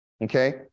okay